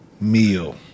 Meal